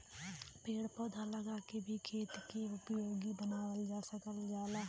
पेड़ पौधा लगा के भी खेत के उपयोगी बनावल जा सकल जाला